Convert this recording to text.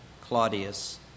Claudius